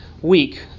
week